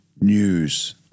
news